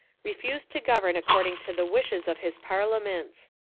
refused to govern according to the wishes of his parlia ments.